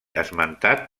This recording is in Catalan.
esmentat